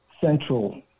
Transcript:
central